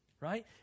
Right